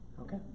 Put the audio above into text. okay